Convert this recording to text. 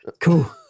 cool